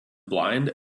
blind